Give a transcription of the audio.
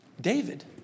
David